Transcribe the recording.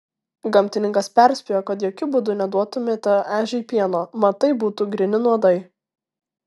gamtininkas perspėjo kad jokiu būdu neduotumėte ežiui pieno mat tai būtų gryni nuodai